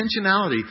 intentionality